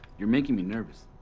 you're making me nervous.